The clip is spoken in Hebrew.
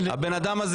הבן אדם הזה